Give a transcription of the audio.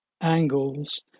angles